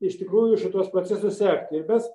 iš tikrųjų šituos procesus sekti ir mes